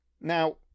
Now